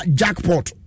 jackpot